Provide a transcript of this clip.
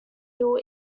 hill